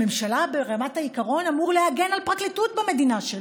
ברמת העיקרון ראש הממשלה אמור להגן על פרקליטות במדינה שלו,